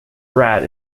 rat